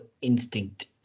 instinct